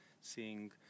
seeing